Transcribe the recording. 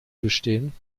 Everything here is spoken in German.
bestehen